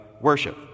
worship